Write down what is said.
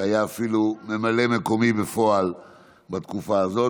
שהיה אפילו ממלא מקומי בפועל בתקופה הזאת,